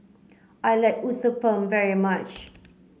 I like Uthapam very much